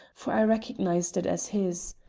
for i recognised it as his.